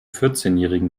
vierzehnjährigen